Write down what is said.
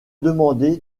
demandé